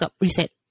reset